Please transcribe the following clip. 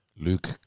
Luke